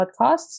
podcasts